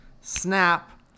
snap